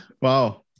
Wow